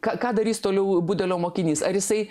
ką ką darys toliau budelio mokinys ar jisai